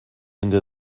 into